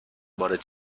وارد